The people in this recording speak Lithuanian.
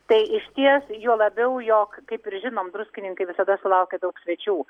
tai išties juo labiau jog kaip ir žinom druskininkai visada sulaukia daug svečių